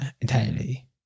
entirely